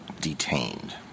detained